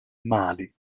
mali